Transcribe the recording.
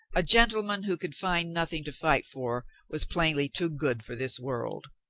a gentleman who could find nothing to fight for was plainly too good for this world,